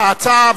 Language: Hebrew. ההצעה,